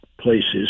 places